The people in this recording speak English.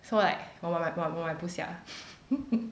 so like 我买我买不下